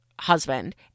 Husband